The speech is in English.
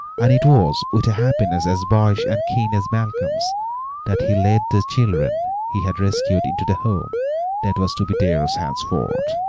and it was with a happiness as boyish and keen as malcolm's that he led these children he had rescued into the home that was to be theirs henceforth.